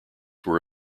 were